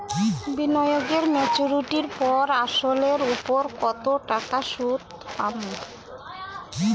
বিনিয়োগ এ মেচুরিটির পর আসল এর উপর কতো টাকা সুদ পাম?